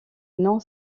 non